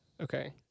Okay